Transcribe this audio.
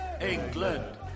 England